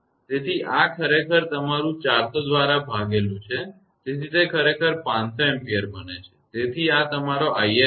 તેથી આ ખરેખર તમારુ 400 દ્વારા ભાગેલુ છે તેથી તે ખરેખર 500 A બને છે તેથી આ તમારો 𝑖𝑓 છે